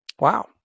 Wow